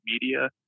media